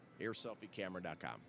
AirSelfieCamera.com